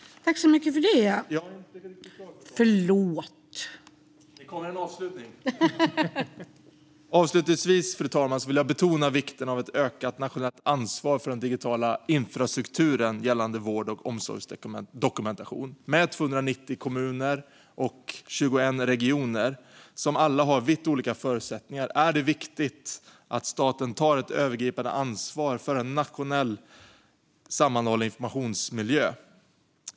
Fru talman! Avslutningsvis vill jag betona vikten av ett ökat nationellt ansvar för den digitala infrastrukturen gällande vård och omsorgsdokumentation. Med 290 kommuner och 21 regioner som alla har vitt olika förutsättningar är det viktigt att staten tar ett övergripande ansvar för en nationell sammanhållen informationsmiljö.